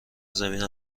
زمین